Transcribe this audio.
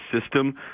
system